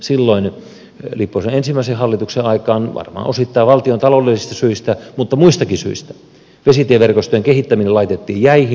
silloin lipposen ensimmäisen hallituksen aikaan varmaan osittain valtiontaloudellisista syistä mutta muistakin syistä vesitieverkostojen kehittäminen laitettiin jäihin